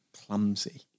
clumsy